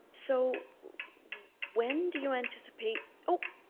so when do you anticipate oh.